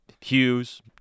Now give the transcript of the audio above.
Hughes